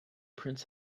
prince